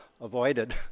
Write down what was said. avoided